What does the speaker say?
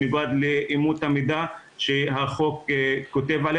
במנוגד לאמות המידה שהחוק כותב.